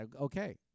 Okay